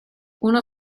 uno